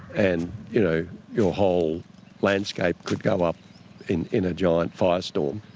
and you know your whole landscape could go up in in a giant fire storm.